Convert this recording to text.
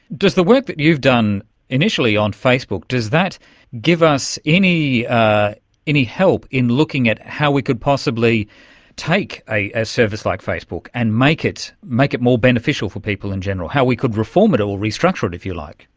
does the work that you've done initially on facebook, does that give us any any help in looking at how we could possibly take a service like facebook and make it make it more beneficial for people in general, how we could reform it or restructure it, if you like?